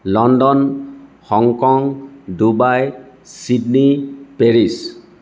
London Hong Kong Dubai Sydney Paris